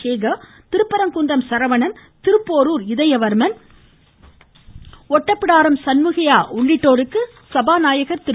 சேகர் திருப்பரங்குன்றம் சரவணன் திருப்போரூர் இதயவர்மன் ஒட்டப்பிடாரம் சண்முகையா உள்ளிட்டோருக்கு சபாநாயகர் திரு